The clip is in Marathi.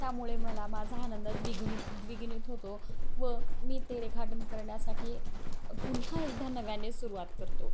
त्यामुळे मला माझा आनंद द्विगुणित द्विगुणित होतो व मी ते रेखाटन करण्यासाठी पुन्हा एकदा नव्याने सुरुवात करतो